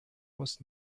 was